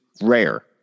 rare